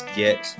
get